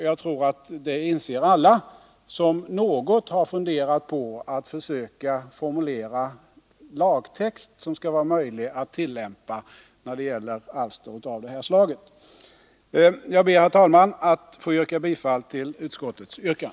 Det tror jag att alla inser som något funderat på att försöka formulera en lagtext som det är möjligt att tillämpa när det gäller alster av det här slaget. Jag ber, herr talman, att få yrka bifall till utskottets hemställan.